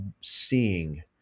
seeing